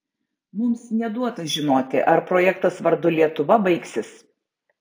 mums neduota žinoti ar projektas vardu lietuva baigsis